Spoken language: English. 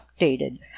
updated